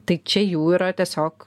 tai čia jų yra tiesiog